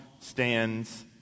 stands